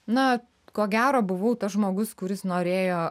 na ko gero buvau tas žmogus kuris norėjo